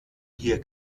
hier